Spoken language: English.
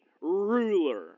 ruler